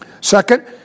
Second